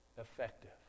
effective